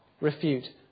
refute